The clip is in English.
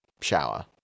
shower